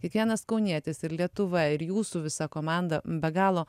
kiekvienas kaunietis ir lietuva ir jūsų visa komanda be galo